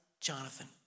Jonathan